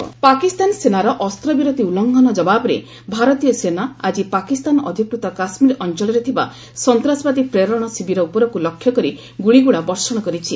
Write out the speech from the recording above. JK ceasefire Pakistan ସେନାର ଅସ୍ତବିରତି ଉଲ୍ଲ୍ଂଘନ ଜବାବରେ ଭାରତୀୟ ସେନା ଆକି ପାକିସ୍ତାନ ଅଧିକୃତ କାଶ୍ମୀର ଅଞ୍ଚଳରେ ଥିବା ସନ୍ତାସବାଦୀ ପ୍ରେରଣ ଶିବିର ଉପରକୁ ଲକ୍ଷ୍ୟକରି ଗୁଳିଗୋଳା ବର୍ଷଣ କରିଛି